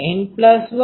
65×2N1K૦d2